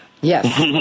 Yes